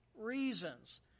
reasons